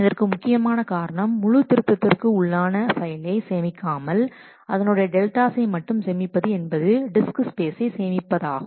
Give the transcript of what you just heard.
இதற்கு முக்கியமான காரணம் முழு திருத்தத்திற்கு உள்ளான ஃபைலை சேமிக்காமல் அதனுடைய டெல்டாசை மட்டும் சேமிப்பது என்பது டிஸ்க் ஸ்பேசை சேமிப்பாகும்